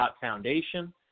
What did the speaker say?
Foundation